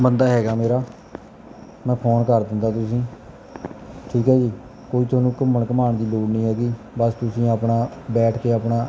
ਬੰਦਾ ਹੈਗਾ ਮੇਰਾ ਮੈਂ ਫੋਨ ਕਰ ਦਿੰਦਾ ਤੁਸੀਂ ਠੀਕ ਹੈ ਜੀ ਕੋਈ ਤੁਹਾਨੂੰ ਘੁੰਮਣ ਘੁਮਾਉਣ ਦੀ ਲੋੜ ਨਹੀਂ ਹੈਗੀ ਬਸ ਤੁਸੀਂ ਆਪਣਾ ਬੈਠ ਕੇ ਆਪਣਾ